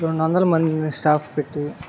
రెండొందల మంది స్టాఫ్ పెట్టి